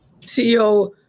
CEO